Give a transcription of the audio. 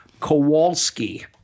Kowalski